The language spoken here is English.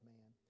Man